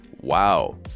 Wow